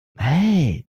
hey